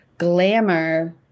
glamour